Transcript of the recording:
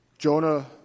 Jonah